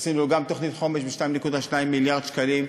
עשינו גם תוכנית חומש ב-2.2 מיליארד שקלים,